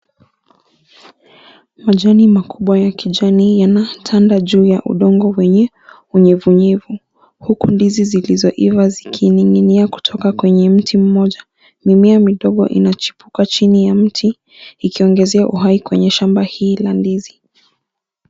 Majani makubwa ya kijani yanatanda juu wenye udongo wenye unyevunyevu, huku ndizi zilizoiva zikining'inia kutoka kwenye mti moja. Mimea midogo inachipuka chini ya mti ikiongezea uhai kwenye shamba hii la ndizi.